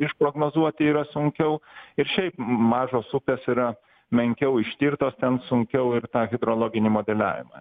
išprognozuoti yra sunkiau ir šiaip mažos upės yra menkiau ištirtos ten sunkiau ir tą hidrologinį modeliavimą